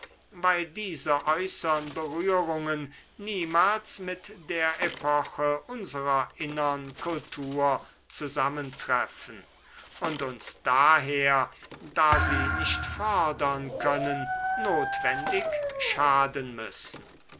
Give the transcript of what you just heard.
weil diese äußern berührungen niemals mit der epoche unserer innern kultur zusammentreffen und uns daher da sie nicht fördern können notwendig schaden müssen